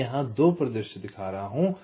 मैं यहां 2 परिदृश्य दिखा रहा हूं